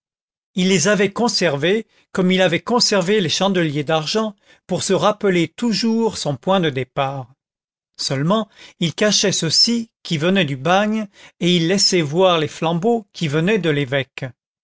il les avait conservées comme il avait conservé les chandeliers d'argent pour se rappeler toujours son point de départ seulement il cachait ceci qui venait du bagne et il laissait voir les flambeaux qui venaient de l'évêque